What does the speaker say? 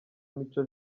mico